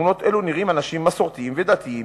בתמונות אלה נראים אנשים מסורתיים ודתיים,